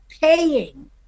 paying